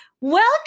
Welcome